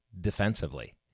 defensively